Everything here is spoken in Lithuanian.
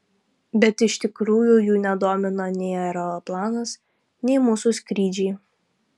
bet iš tikrųjų jų nedomino nei aeroplanas nei mūsų skrydžiai